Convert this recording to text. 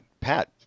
Pat